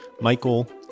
Michael